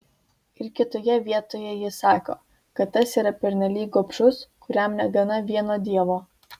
ir kitoje vietoje jis sako kad tas yra pernelyg gobšus kuriam negana vieno dievo